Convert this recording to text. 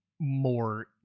more